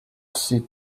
see